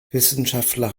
wissenschaftler